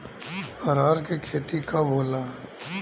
अरहर के खेती कब होला?